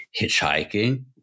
Hitchhiking